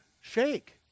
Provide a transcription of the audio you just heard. shake